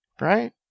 right